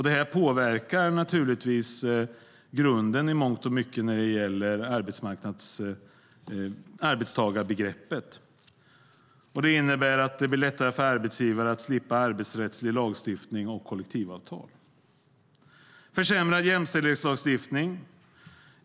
Det påverkar naturligtvis arbetstagarbegreppet. Det innebär att det blir lättare för arbetsgivare att slippa arbetsrättslig lagstiftning och kollektivavtal. Det har blivit försämrad jämställdhetslagstiftning.